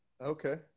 okay